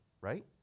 right